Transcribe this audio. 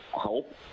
help